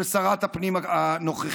של שרת הפנים הנוכחית.